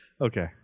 okay